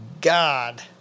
God